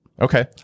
Okay